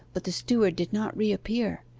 but the steward did not reappear.